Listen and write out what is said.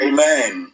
Amen